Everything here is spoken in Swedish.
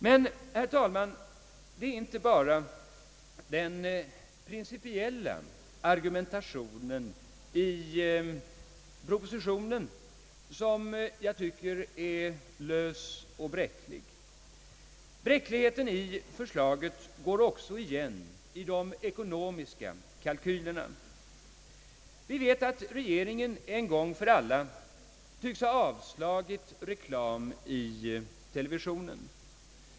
Det är emellertid inte bara den principiella argumentationen i propositionen som jag tycker är lös och bräcklig. Bräckligheten i förslaget går också igenom i de ekonomiska kalkylerna. Vi vet att regeringen en gång för alla tycks ha avslagit reklam i televisionen.